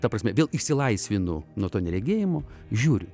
ta prasme vėl išsilaisvinu nuo to neregėjimo žiūriu